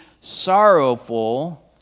sorrowful